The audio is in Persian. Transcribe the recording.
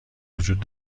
وجود